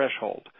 threshold